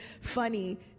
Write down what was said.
funny